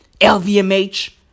LVMH